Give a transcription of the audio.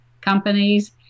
companies